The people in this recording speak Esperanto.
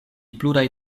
pluraj